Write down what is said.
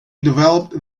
developed